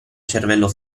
cervello